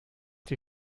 die